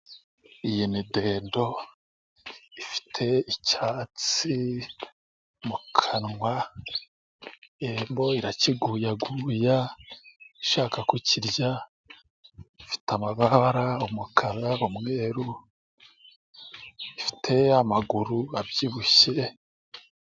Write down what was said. Iyi ni dendo ifite icyatsi mu kanwa, embo irakiguguya ishaka kukirya, ifite amababara umukara, umweru, ifite amaguru abyibushye.